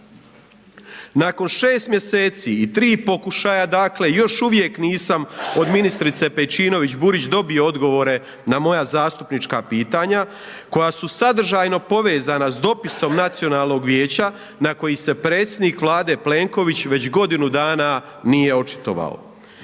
Nakon 6. mj. i 3 pokušaja dakle, još uvijek nisam od ministrice Pejčinović Burić dobio odgovore na moja zastupnička pitanja koja su sadržajno povezana sa dopisom Nacionalnog vijeća na koji se predsjednik Vlade Plenković već godinu dana nije očitovao.